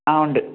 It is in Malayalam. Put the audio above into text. ആ ഉണ്ട്